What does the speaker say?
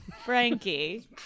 Frankie